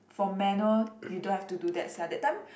for manual you don't have to do that sia that time